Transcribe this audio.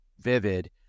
vivid